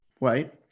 right